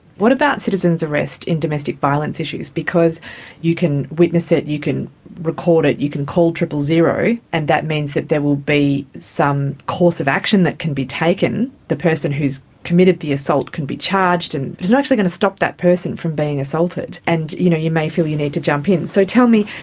what about citizen's arrest in domestic violence issues, because you can witness it, you can record it, you can call but zero and that means that there will be some course of action that can be taken. the person who has committed the assault can be charged. and it's not actually going to stop that person from being assaulted and you know you may feel you need to jump in. so tell me,